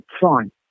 fine